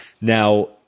Now